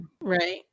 Right